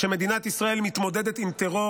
כשמדינת ישראל מתמודדת עם טרור,